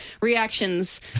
reactions